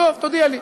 טוב, תודיע לי.